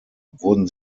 wurden